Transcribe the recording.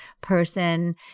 person